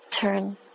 Turn